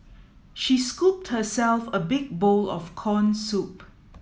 she scooped herself a big bowl of corn soup